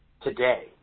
today